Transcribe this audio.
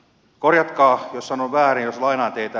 korjatkaa jos sanon väärin jos lainaan teitä